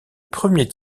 premier